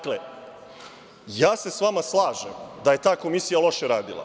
Dakle, ja se sa vama slažem da je ta Komisija loše radila.